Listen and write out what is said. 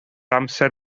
amser